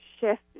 shift